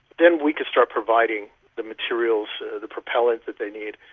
then we could start providing the materials, the propellant that they need.